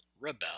Rebel